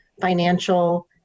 financial